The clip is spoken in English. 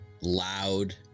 loud